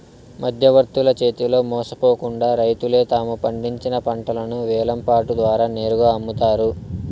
మధ్యవర్తుల చేతిలో మోసపోకుండా రైతులే తాము పండించిన పంటను వేలం పాట ద్వారా నేరుగా అమ్ముతారు